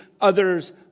others